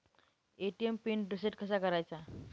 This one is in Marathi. ए.टी.एम पिन रिसेट कसा करायचा?